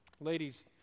Ladies